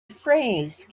phrase